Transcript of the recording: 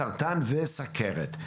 סרטן וסכרת.